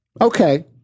Okay